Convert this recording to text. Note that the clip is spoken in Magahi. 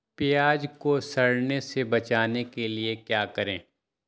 प्याज को सड़ने से बचाने के लिए क्या करें?